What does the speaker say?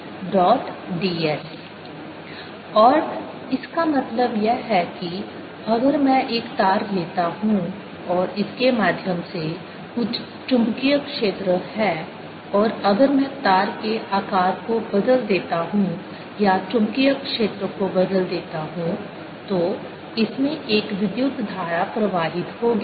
EMF dϕdt ddtBrtds और इसका मतलब यह है कि अगर मैं एक तार लेता हूं और इसके माध्यम से कुछ चुंबकीय क्षेत्र है और अगर मैं तार के आकार को बदल देता हूं या चुंबकीय क्षेत्र को बदल देता हूं तो इसमें एक विद्युत धारा प्रवाहित होगी